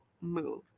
move